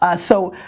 ah so,